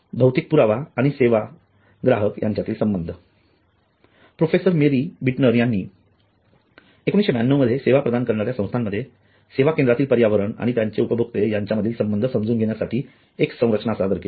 भौतिक पुरावा आणि सेवा ग्राहक यांच्यातील संबंध प्रोफेसर मेरी बिटनर यांनी 1992 मध्ये सेवा प्रदान करणाऱ्या संस्थांमध्ये सेवा केंद्रातील पर्यावरण आणि त्याचे उपभोक्ते यांच्यामधील संबंध समजून घेण्यासाठी एक संरचना सादर केली